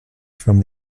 from